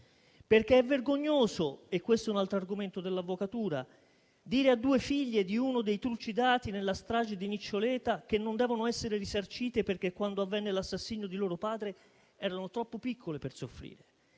È vergognoso - questo è un altro argomento dell'Avvocatura - dire alle due figlie di uno dei trucidati nella strage di Niccioleta che non devono essere risarcite perché quando avvenne l'assassinio del loro padre erano troppo piccole per soffrire.